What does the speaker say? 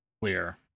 clear